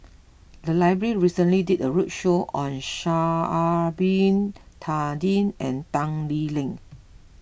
the library recently did a roadshow on Sha'ari Bin Tadin and Tan Lee Leng